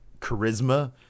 charisma